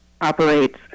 operates